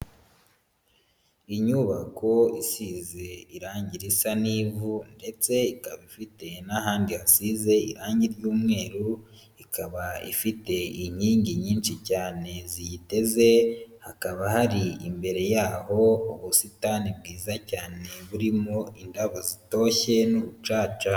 Inyubako isize irange risa n'ivu ndetse ikaba ifite n'ahandi hasize irange ry'umweru ikaba ifite inkingi nyinshi cyane ziyiteze, hakaba hari imbere yaho ubusitani bwiza cyane burimo indabo zitoshye n'urucaca.